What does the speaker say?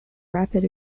rapid